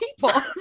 people